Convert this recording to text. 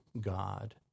God